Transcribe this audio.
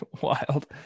Wild